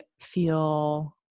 feel